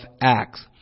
Acts